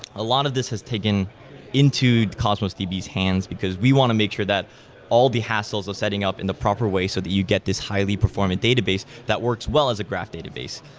a lot of this has taken into the cosmos db's hands because we want to make sure that all the hassles of setting up in the proper way so that you'd get this highly performing database that works well as a graph database,